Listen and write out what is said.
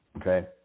Okay